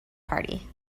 party